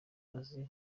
azi